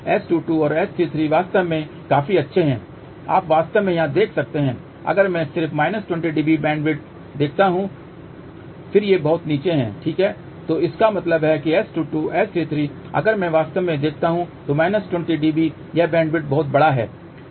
S22 और S33 वास्तव में काफी अच्छे हैं आप वास्तव में यहां देख सकते हैं अगर मैं सिर्फ 20 dB बैंडविड्थ देखता हूं फिर ये बहुत नीचे हैं ठीक है तो इसका मतलब है कि S22 S33 अगर मैं वास्तव में देखता हूं 20 dB यह बैंडविड्थ बहुत बड़ा है ठीक है